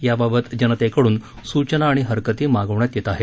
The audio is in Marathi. याबाबत जनतेकडून सूचना आणि हरकती मागवण्यात येत आहेत